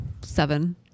seven